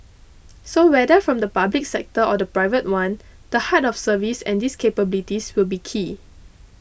so whether from the public sector or the private one the heart of service and these capabilities will be key